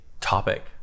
topic